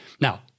Now